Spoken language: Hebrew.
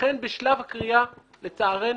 לכן בשלב הקריאה, לצערנו,